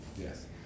Yes